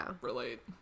relate